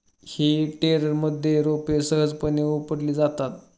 हेई टेडरमधून रोपे सहजपणे उपटली जातात